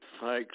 thanks